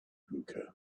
hookah